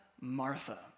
Martha